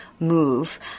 Move